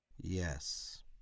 Yes